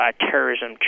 terrorism